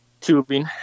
tubing